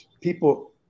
people